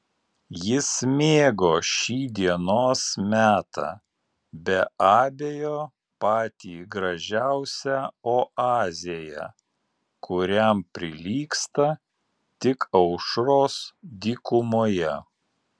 jis mėgo šį dienos metą be abejo patį gražiausią oazėje kuriam prilygsta tik aušros dykumoje